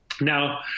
Now